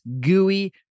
gooey